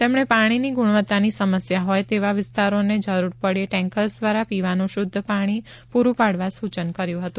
તેમણે પાણીની ગુણવત્તાની સમસ્યા હોય તેવા વિસ્તારોને જરૂર પડ્યે ટેન્કર્સ દ્વારા પીવાનું શુધ્ધ પાણી પૂરું પાડવા સૂચન કર્યુ હતું